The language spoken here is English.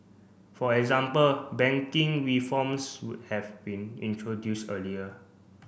for example banking reforms would have been introduced earlier